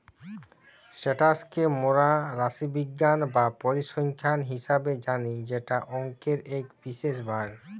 status কে মোরা রাশিবিজ্ঞান বা পরিসংখ্যান হিসেবে জানি যেটা অংকের এক বিশেষ ভাগ